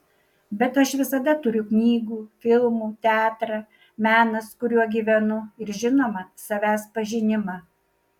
bet aš visada turiu knygų filmų teatrą menas kuriuo gyvenu ir žinoma savęs pažinimą